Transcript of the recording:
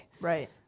right